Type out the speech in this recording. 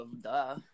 duh